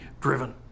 driven